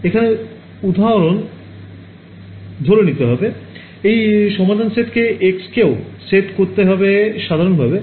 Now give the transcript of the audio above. এখানে উদাহরণ ধরে নিতে হবে এই সমাধান সেট কে x কেও সেট করতে হবে সাধারণ ভাবে